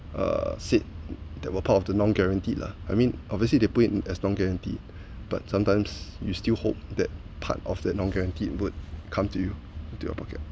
uh said that were part of the long guaranteed lah I mean obviously they put in as long guarantee but sometimes you still hope that part of that non-guaranteed would come to you into your pocket